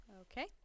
Okay